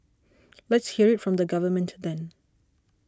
let's hear it from the government then